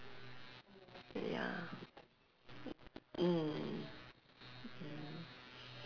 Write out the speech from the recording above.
ya mm